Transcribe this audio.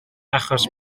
achos